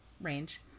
range